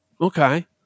Okay